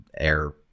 air